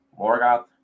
Morgoth